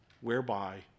Whereby